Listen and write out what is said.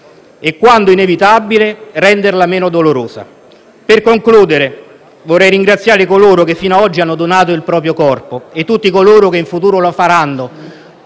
e, quando inevitabile, di renderla meno dolorosa. Per concludere, vorrei ringraziare coloro che, fino ad oggi, hanno donato il proprio corpo e tutti coloro che in futuro lo faranno,